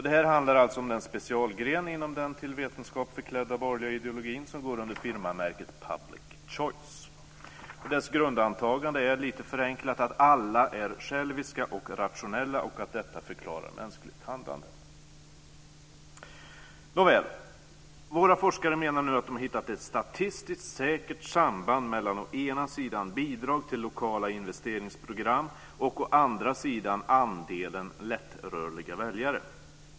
Det här handlar alltså om den specialgren inom den till vetenskap förklädda borgerliga ideologin som går under firmamärket public choice. Dess grundantagande är - lite förenklat - att alla är själviska och rationella och att detta förklarar mänskligt handlande. Nåväl. Våra forskare menar nu att de har hittat ett statistiskt säkert samband mellan å ena sidan bidrag till lokala investeringsprogram och å andra sidan andelen lättrörliga väljare.